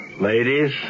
Ladies